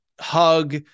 Hug